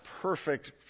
perfect